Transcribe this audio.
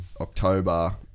october